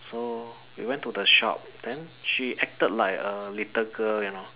so we went to the shop then she acted like a little girl you know